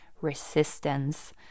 resistance